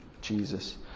Jesus